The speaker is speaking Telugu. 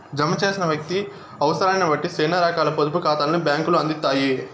జమ చేసిన వ్యక్తి అవుసరాన్నిబట్టి సేనా రకాల పొదుపు కాతాల్ని బ్యాంకులు అందిత్తాయి